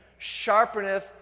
sharpeneth